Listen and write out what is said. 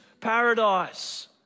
paradise